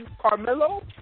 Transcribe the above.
Carmelo